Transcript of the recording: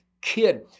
kid